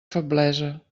feblesa